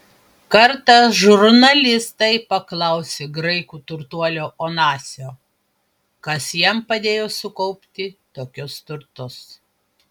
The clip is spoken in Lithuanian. kartą žurnalistai paklausė graikų turtuolio onasio kas jam padėjo sukaupti tokius turtus